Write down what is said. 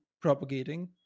propagating